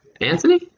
Anthony